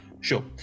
sure